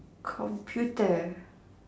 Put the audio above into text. computer